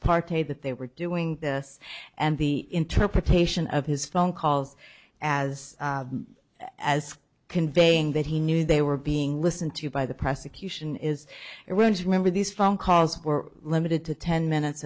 parte that they were doing this and the interpretation of his phone calls as as conveying that he knew they were being listened to by the press accused in is it runs remember these phone calls were limited to ten minutes